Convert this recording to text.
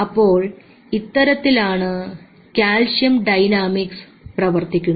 അപ്പോൾ ഇത്തരത്തിലാണ് calcium dynamics പ്രവർത്തിക്കുന്നത്